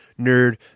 nerd